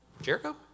Jericho